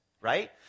right